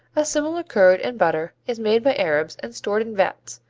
a similar curd and butter is made by arabs and stored in vats,